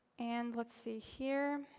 and let's see here